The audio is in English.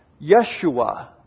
Yeshua